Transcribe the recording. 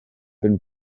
been